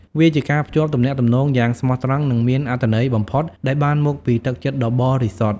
វាជាការភ្ជាប់ទំនាក់ទំនងយ៉ាងស្មោះត្រង់និងមានអត្ថន័យបំផុតដែលបានមកពីទឹកចិត្តដ៏បរិសុទ្ធ។